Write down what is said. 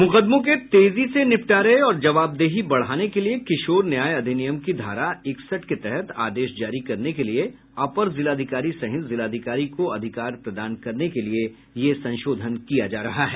मूकदमों के तेजी से निपटारे और जवाबदेही बढाने के लिए किशोर न्याय अधिनियम की धारा इकसठ के तहत आदेश जारी करने के लिए अपर जिलाधिकारी सहित जिलाधिकारी को अधिकार प्रदान करने के लिए ये संशोधन किया जा रहा है